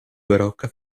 barocca